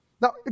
Now